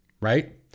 right